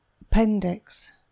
Appendix